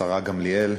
השרה גמליאל,